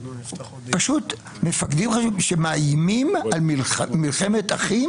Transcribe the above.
מפקדים שמאיימים על מלחמת אחים?